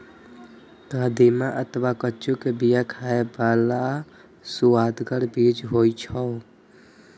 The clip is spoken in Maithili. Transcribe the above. कदीमा अथवा कद्दू के बिया खाइ बला सुअदगर बीज होइ छै